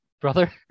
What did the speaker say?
brother